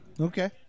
Okay